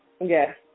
Yes